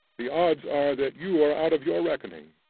the odds are that you are out of your reckoning,